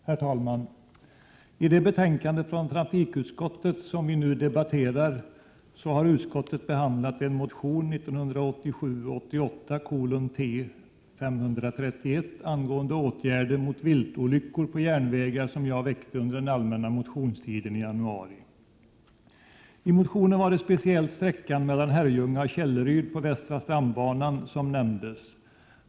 Herr talman! I det betänkande från trafikutskottet som vi nu debatterar har utskottet behandlat motion 1987/88:T53 angående åtgärder mot viltolyckor på järnvägar som jag väckte under den allmänna motionstiden i januari. I motionen nämndes speciellt sträckan Herrljunga-Källeryd på västra stambanan.